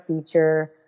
feature